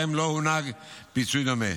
שבהם לא הונהג פיצוי דומה.